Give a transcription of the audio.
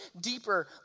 deeper